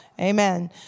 Amen